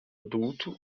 adulto